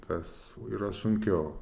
tas yra sunkiau